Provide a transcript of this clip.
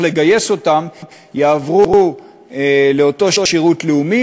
לגייס אותם יעברו לאותו שירות לאומי,